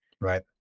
Right